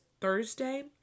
thursday